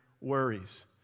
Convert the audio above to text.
worries